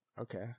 Okay